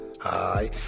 hi